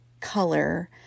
color